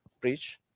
Preach